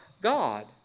God